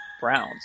Browns